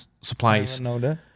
supplies